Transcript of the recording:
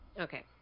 Okay